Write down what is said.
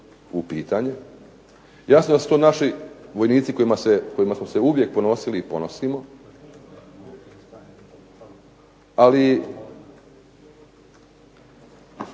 u pitanje, jasno da su to naši vojnici kojima smo se uvijek ponosili i ponosimo, ali